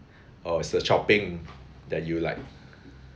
oh it's the shopping that you like